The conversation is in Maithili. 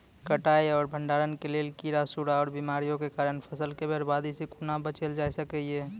कटाई आर भंडारण के लेल कीड़ा, सूड़ा आर बीमारियों के कारण फसलक बर्बादी सॅ कूना बचेल जाय सकै ये?